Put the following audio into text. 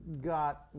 got